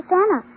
Santa